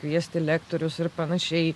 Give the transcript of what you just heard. kviesti lektorius ir panašiai